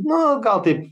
na gal taip